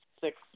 six